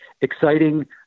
exciting